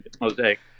mosaic